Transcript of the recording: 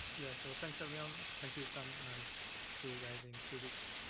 yeah, so thanks everyone, thank you sam and see you guys in two weeks.